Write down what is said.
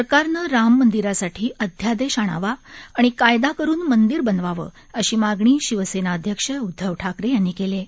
सरकारनं राम मंदिरासाठी अध्यादेश आणावा आणि कायदा करून मंदिर बनवावं अशी मागणी शिवसेना अध्यक्ष उद्धव ठाकरे यांनी केली आहे